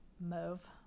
Mauve